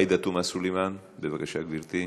עאידה תומא סלימאן, בבקשה, גברתי.